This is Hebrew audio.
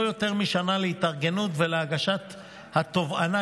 יותר משנה להתארגנות ולהגשת התובענה,